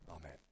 Amen